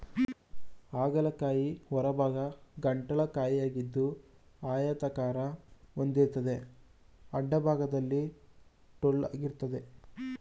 ಹಾಗಲ ಕಾಯಿ ಹೊರಭಾಗ ಗಂಟುಳ್ಳ ಕಾಯಿಯಾಗಿದ್ದು ಆಯತಾಕಾರ ಹೊಂದಿರ್ತದೆ ಅಡ್ಡಭಾಗದಲ್ಲಿ ಟೊಳ್ಳಾಗಿರ್ತದೆ